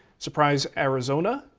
surprise, arizona,